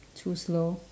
too slow